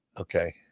Okay